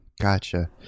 Gotcha